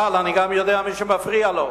אבל אני גם יודע מי מפריע לו.